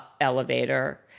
elevator